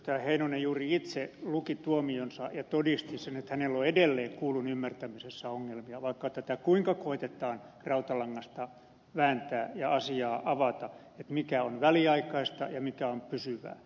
heinonen juuri itse luki tuomionsa ja todisti sen että hänellä on edelleen kuullun ymmärtämisessä ongelmia vaikka tätä kuinka koetetaan rautalangasta vääntää ja asiaa avata mikä on väliaikaista ja mikä on pysyvää